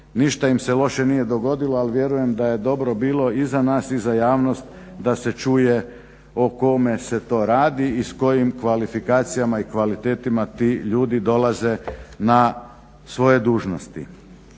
Ništa im se loše nije dogodilo, ali vjerujem da je dobro bilo i za nas i za javnost da se čuje o kome se to radi i s kojim kvalifikacijama i kvalitetama ti ljudi dolaze na svoje dužnosti.